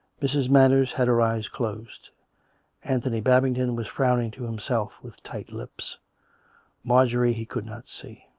mrs. manners had her eyes closed anthony babington was frowning to himself with tight lips marjorie he could not see.